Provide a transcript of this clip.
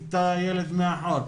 את הילד מאחור?